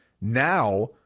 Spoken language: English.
now